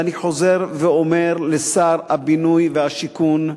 ואני חוזר ואומר לשר הבינוי והשיכון,